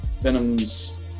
venom's